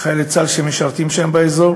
לחיילי צה"ל שמשרתים שם באזור